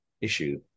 issue